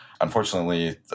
Unfortunately